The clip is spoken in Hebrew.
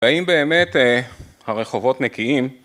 האם באמת הרחובות נקיים.